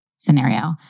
Scenario